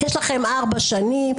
יש לכם ארבע שנים.